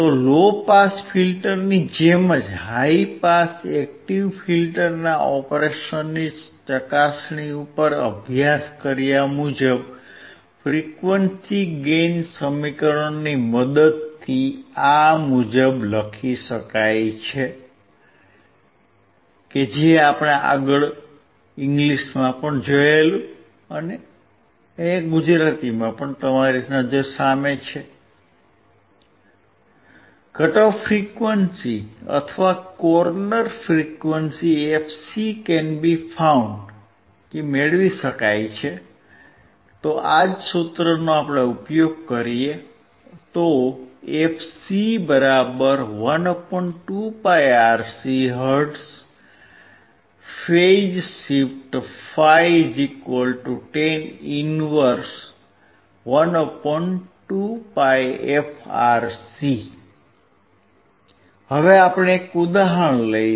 લો pass ફીલ્ટરની જેમ જ હાઇ પાસ એક્ટીવ ફીલ્ટરના ઓપરેશનની ચકાસણી ઉપર અભ્યાસ કર્યા મુજબ ફ્રીકવંસી ગેઇન સમીકરણની મદદથી આ મુજબ લખી શકાય કટ ઓફ અથવા કોર્નર ફ્રીક્વંસી ની કિંમત પણ આ જ સુત્ર નો ઉપયોગ કરીને મેળવી શકાય છે હવે આપણે એક ઉદાહરણ લઈશું